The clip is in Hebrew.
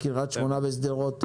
קריית שמונה ושדרות.